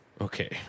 Okay